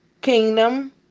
kingdom